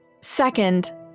Second